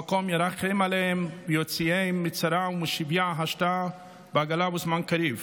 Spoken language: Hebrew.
המקום ירחם עליהם ויוציאם מצרה ומשביה השתא בעגלא ובזמן קריב".